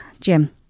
Jim